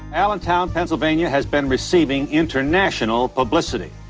allentown, pennsylvania has been receiving international publicity.